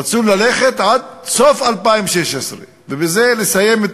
רצו ללכת, עד סוף 2016, ובזה לסיים.